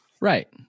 Right